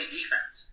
defense